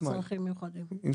עם צרכים מיוחדים.